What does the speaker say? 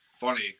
funny